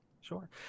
sure